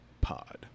Pod